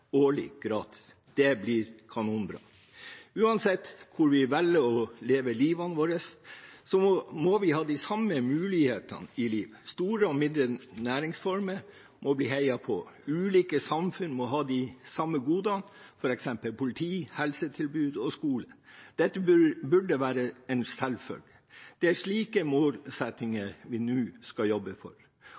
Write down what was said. årlig gratis. Det blir kanonbra. Uansett hvor vi velger å leve livet vårt, må vi ha de samme mulighetene i livet. Store og mindre næringsformer må bli heiet på. Ulike samfunn må ha de samme godene, f.eks. politi, helsetilbud og skole. Dette burde være en selvfølge. Det er slike målsettinger vi nå skal jobbe for.